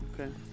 Okay